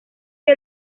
que